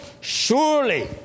surely